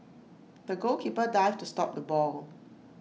the goalkeeper dived to stop the ball